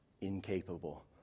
incapable